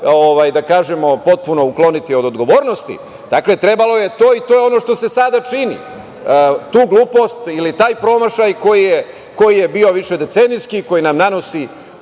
ne može potpuno ukloniti od odgovornosti, dakle, trebalo je to i to je ono što se sada čini. Tu glupost ili taj promašaj koji je bio višedecenijski i koji nam nanosi